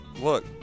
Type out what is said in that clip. look